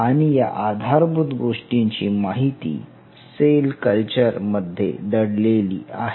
आणि या आधारभूत गोष्टींची माहिती सेल कल्चर मध्ये दडलेली आहे